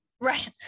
right